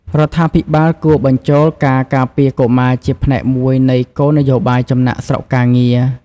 រដ្ឋាភិបាលគួរបញ្ចូលការការពារកុមារជាផ្នែកមួយនៃគោលនយោបាយចំណាកស្រុកការងារ។